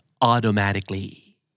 Automatically